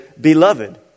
beloved